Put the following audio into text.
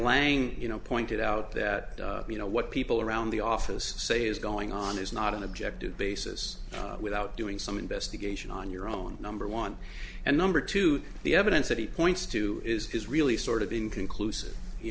lange you know pointed out that you know what people around the office say is going on is not an objective basis without doing some investigation on your own number one and number two the evidence that he points to is really sort of inconclusive you